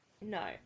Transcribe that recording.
No